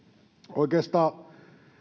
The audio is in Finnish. oikeastaan